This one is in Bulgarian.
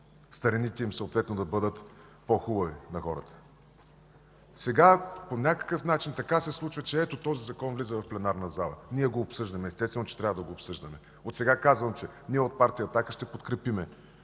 старините на хората съответно да бъдат по-хубави. Сега по някакъв начин се случва така, че ето, този закон влиза в пленарната зала. Ние го обсъждаме, естествено, че трябва да го обсъждаме. Отсега казвам, че ние от Партия „Атака” ще подкрепим